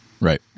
Right